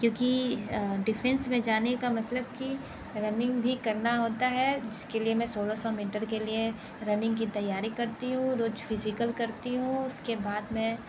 क्योंकि डिफेंस में जाने का मतलब की रनिंग भी करना होता है जिस के लिए मैं सोलह सौ मीटर के लिए रनिंग की तैयारी करती हूँ रोज फिजिकल करती हूँ उसके बाद में